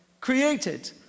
created